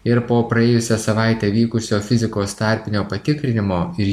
ir po praėjusią savaitę vykusio fizikos tarpinio patikrinimo ir